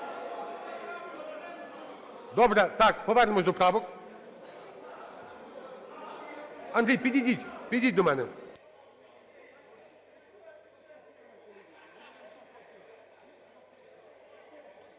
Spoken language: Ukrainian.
Добре. Так, повернемося до правок. Андрій, підійдіть, підійдіть до мене.